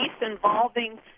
involving